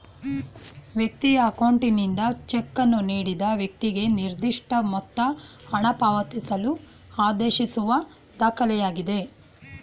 ವ್ಯಕ್ತಿಯ ಅಕೌಂಟ್ನಿಂದ ಚೆಕ್ಕನ್ನು ನೀಡಿದ ವ್ಯಕ್ತಿಗೆ ನಿರ್ದಿಷ್ಟಮೊತ್ತ ಹಣಪಾವತಿಸಲು ಆದೇಶಿಸುವ ದಾಖಲೆಯಾಗಿದೆ